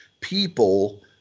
people